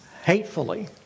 hatefully